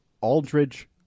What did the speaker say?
Aldridge